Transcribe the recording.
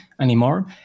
anymore